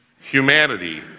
Humanity